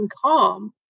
calm